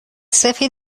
سفید